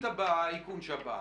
אין חשיפות שהייתי יכול